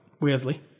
weirdly